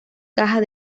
cajas